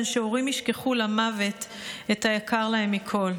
שהורים ישכחו למוות את היקר להם מכול?